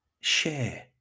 Share